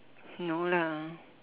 no lah